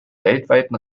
weltweiten